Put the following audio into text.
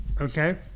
okay